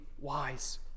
wise